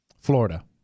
Florida